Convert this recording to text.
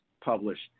published